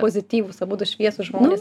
pozityvūs abudu šviesūs žmonės